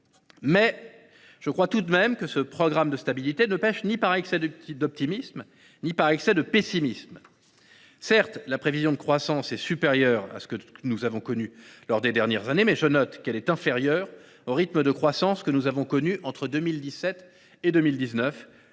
! Je crois tout de même que ce programme de stabilité ne pèche ni par excès d’optimisme ni par excès de pessimisme. Certes, la prévision de croissance est supérieure à ce que nous avons connu lors des dernières années, mais je note qu’elle est inférieure au rythme que connaissait notre pays en la matière entre 2017 et 2019,